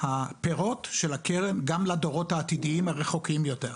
הפירות של הקרן גם לדורות העתידיים הרחוקים יותר.